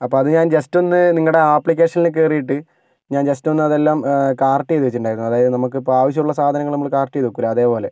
അപ്പോൾ അത് ഞാൻ ജെസ്റ്റൊന്ന് നിങ്ങളുടെ ആപ്ലിക്കേഷനിൽ കേറീട്ട് ഞാൻ ജെസ്റ്റൊന്ന് അതെല്ലാം കാർട്ട് ചെയ്ത് വെച്ചിട്ടുണ്ടായിരുന്നു അതായത് നമുക്കിപ്പോൾ ആവശ്യമുള്ള സാധനങ്ങൾ നമ്മൾ കാർട്ട് ചെയ്ത് വെക്കൂല്ലേ അതേപോലെ